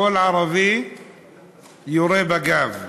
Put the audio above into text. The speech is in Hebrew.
כל ערבי יורה בגב.